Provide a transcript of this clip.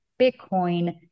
bitcoin